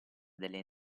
delle